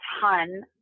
ton